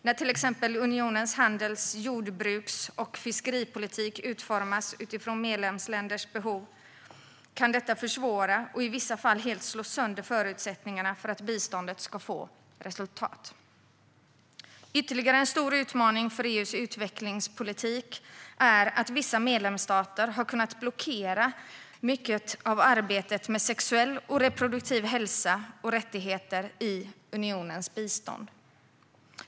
När till exempel unionens handels, jordbruks och fiskeripolitik utformas utifrån medlemsländers behov kan detta försvåra, och i vissa fall helt slå sönder, förutsättningarna för att biståndet ska få resultat. Ytterligare en stor utmaning för EU:s utvecklingspolitik är att vissa medlemsstater har kunnat blockera mycket av arbetet med sexuell och reproduktiv hälsa och rättigheter i unionens bistånd.